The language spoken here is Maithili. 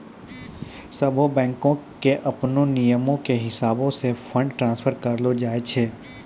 सभ्भे बैंको के अपनो नियमो के हिसाबैं से फंड ट्रांस्फर करलो जाय छै